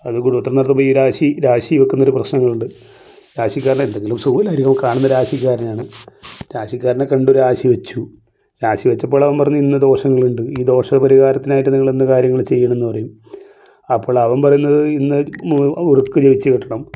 അത് കൂടോത്രം നടത്തുമ്പോൾ ഈ രാശി രാശി വെക്കുന്നൊരു പ്രശ്നങ്ങളുണ്ട് രാശിക്കാരന് എന്തെങ്കിലും സുഖമില്ലാതിരിക്കുകയോ കാണുന്ന രാശിക്കാരനാണ് രാശിക്കാരനെ കണ്ടു രാശി വെച്ചു രാശി വെച്ചപ്പോളവൻ പറഞ്ഞു ഇന്ന ദോഷങ്ങളുണ്ട് ഈ ദോഷ പരിഹാരത്തിനായിട്ട് നിങ്ങൾ ഇന്ന കാര്യങ്ങൾ ചെയ്യണം എന്ന് പറയും അപ്പോളവൻ പറയുന്നത് ഇന്ന് ഉറുക്ക് ജപിച്ച് കെട്ടണം